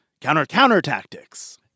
counter-counter-tactics